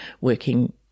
working